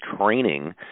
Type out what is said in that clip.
training